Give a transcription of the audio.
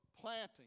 planting